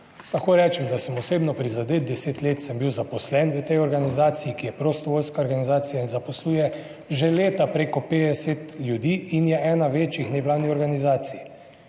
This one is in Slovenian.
lahko rečem, da sem osebno prizadet. 10 let sem bil zaposlen v tej organizaciji, ki je prostovoljska organizacija in zaposluje že leta preko 50 ljudi in je ena večjih nevladnih organizacij.